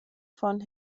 von